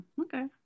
okay